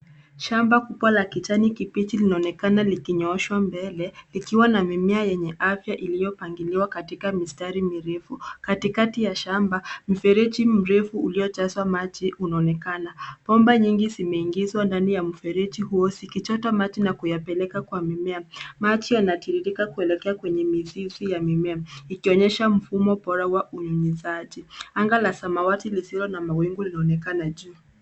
Shamba kubwa la kijani kibichi linaonekana likinyooshwa mbele likiwa na mimea yenye afya iliyopangiliwa katika mistari mirefu. Katikati ya shamba, mfereji mrefu uliojazwa maji unaonekana. Bomba nyingi zimeingizwa ndani ya mfereji huo zikichota maji na kuyapeleka kwa mimea. Maji yanatiririka kuelekea kwenye mizizi ya mimea, ikionyesha mfumo bora wa unyunyuzaji. Anga la samawati lisilo na mawingu linaonekana juu.